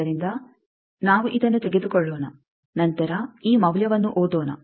ಆದ್ದರಿಂದ ನಾವು ಇದನ್ನು ತೆಗೆದುಕೊಳ್ಳೋಣ ನಂತರ ಈ ಮೌಲ್ಯವನ್ನು ಓದೋಣ